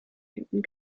minuten